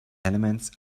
elements